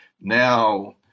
Now